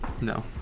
No